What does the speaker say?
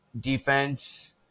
defense